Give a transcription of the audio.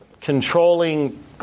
controlling